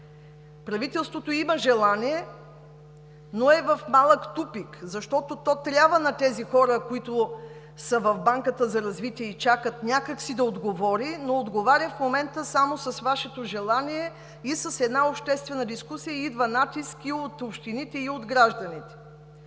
правителството има желание, но е в малък тупик, защото то трябва на тези хора, които са в Банката за развитие и чакат някак си да отговори, но отговаря в момента само с Вашето желание и с една обществена дискусия, идва натиск и от общините, и от гражданите.